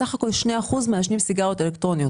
בסך הכול שני אחוזים מעשנים סיגריות אלקטרוניות.